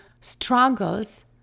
struggles